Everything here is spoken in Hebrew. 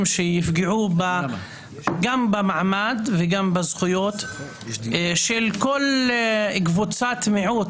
שיפגעו גם במעמד וגם בזכויות של כל קבוצת מיעוט,